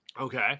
Okay